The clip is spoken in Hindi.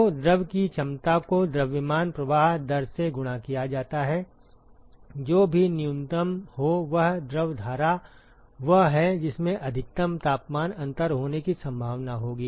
तो द्रव की क्षमता को द्रव्यमान प्रवाह दर से गुणा किया जाता है जो भी न्यूनतम हो वह द्रव धारा वह है जिसमें अधिकतम तापमान अंतर होने की संभावना होगी